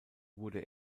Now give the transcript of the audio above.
wurde